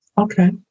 Okay